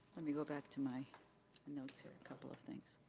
let me go back to my notes here, a couple of things.